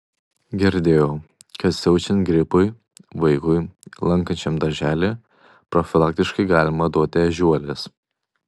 girdėjau kad siaučiant gripui vaikui lankančiam darželį profilaktiškai galima duoti ežiuolės